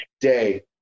day